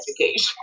education